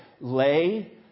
Lay